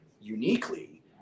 uniquely